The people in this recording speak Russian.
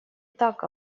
так